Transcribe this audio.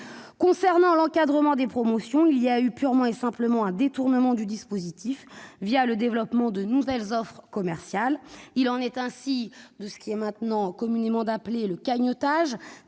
Concernant l'encadrement des promotions, il y a eu purement et simplement un détournement du dispositif le développement de nouvelles offres commerciales. Il en est ainsi de ce qui est maintenant communément appelé le « cagnottage »,